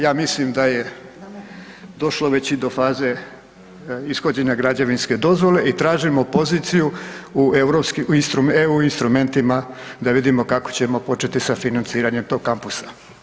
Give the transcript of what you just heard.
Ja mislim da je došlo već i do faze ishođenja građevinske dozvole i tražimo poziciju u EU instrumentima da vidimo kako ćemo početi sa financiranjem tog Kampusa.